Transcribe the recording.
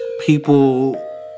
people